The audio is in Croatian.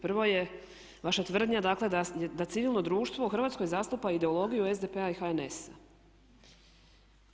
Prvo je vaša tvrdnja dakle da civilno društvo u Hrvatskoj zastupa ideologiju SDP-a i HNS-a.